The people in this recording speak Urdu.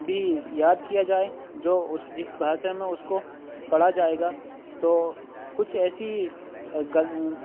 بھی یاد کیا جائے جو اُس جس بھاشا میں اُس کو پڑھا جائے گا تو کچھ ایسی گل